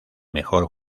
mejor